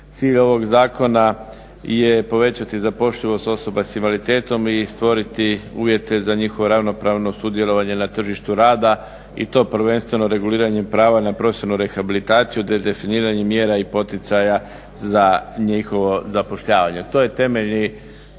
Cilj ovog zakona je povećati zapošljivost osoba s invaliditetom i stvoriti uvjete za njihovo ravnopravno sudjelovanje na tržištu rada i to prvenstveno reguliranjem prava na profesionalnu rehabilitaciju, definiranje mjera i poticaja za njihovo zapošljavanje.